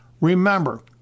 Remember